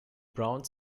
brown